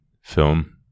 film